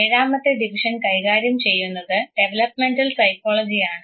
ഏഴാമത്തെ ഡിവിഷൻ കൈകാര്യം ചെയ്യുന്നത് ഡെവലപ്മെൻറൽ സൈക്കോളജി ആണ്